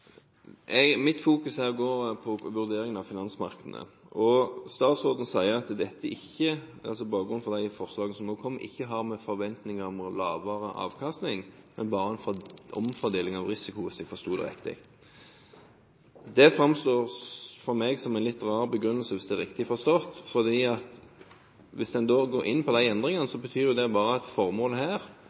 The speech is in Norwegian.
Mitt fokus er på vurderingen av finansmarkedene. Statsråden sier at dette, altså bakgrunnen for de forslagene som nå er kommet, ikke har med forventninger om lavere avkastning å gjøre, men er bare en omfordeling av risikoen, hvis jeg forsto det riktig. Det framstår for meg som en litt rar begrunnelse, hvis det er riktig forstått, for hvis man går inn for disse endringene, betyr det at formålet her